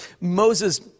Moses